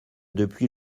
depuis